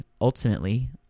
ultimately